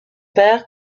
père